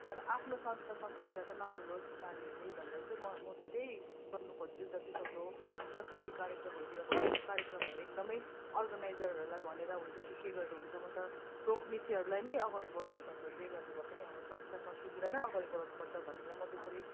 तर आफ्नो संस्कार संस्कृतिलाई चाहिँ नभुलियोस नानीहरूले भनेर चाहिँ म म चाहिँ त्यही गर्नु खोज्छु जतिसक्दो सांस्कृतिक कार्यक्रमहरूतिर भयो क्रार्यक्रमहरू एकदमै अर्गनइजरलाई भनेर हुन्छ कि के गरेर हुन्छ म त लोक नृत्यहरूलाई नै अगाडि बढाउनु पर्छ जे गरेर भए पनि हाम्रो संस्कार संस्कृतिलाई नै अगाडि बढाउनु पर्छ भनेर म त्यसरी